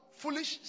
foolish